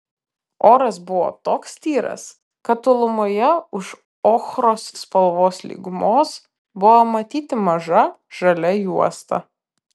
oras buvo toks tyras kad tolumoje už ochros spalvos lygumos buvo matyti maža žalia juosta